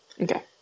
Okay